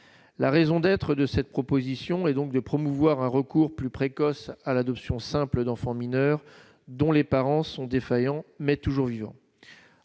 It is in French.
la raison d'être de cette proposition, et donc de promouvoir un recours plus précoce à l'adoption simple d'enfants mineurs dont les parents sont défaillants, mais toujours vivant